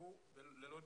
ללא דירה.